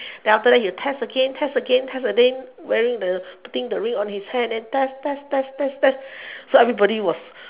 then after that he will test again test again test again wearing the putting the ring on his hand then test test test test test then so everybody was